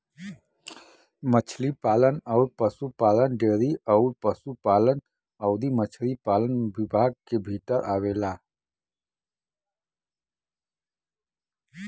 मछरी पालन अउर पसुपालन डेयरी अउर पसुपालन अउरी मछरी पालन विभाग के भीतर आवेला